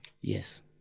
Yes